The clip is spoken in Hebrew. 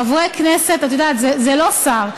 חבר הכנסת, את יודעת, זה לא שר.